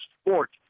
sport